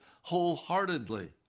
wholeheartedly